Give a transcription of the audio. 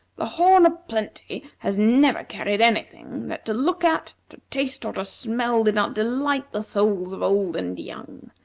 the horn o plenty' has never carried any thing that to look at, to taste, or to smell, did not delight the souls of old and young.